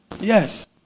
Yes